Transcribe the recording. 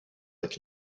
avec